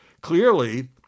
Clearly